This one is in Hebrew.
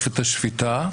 במערכת השפיטה,